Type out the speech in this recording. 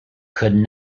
could